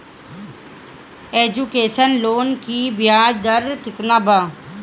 Education loan की ब्याज दर केतना बा?